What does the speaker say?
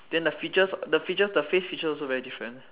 than the features the features the face features also very different